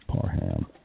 Parham